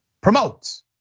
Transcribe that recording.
promotes